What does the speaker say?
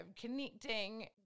connecting